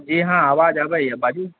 जी हँ आवाज अबैए बाजू